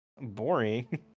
boring